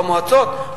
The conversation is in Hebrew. במועצות.